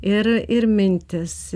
ir ir mintys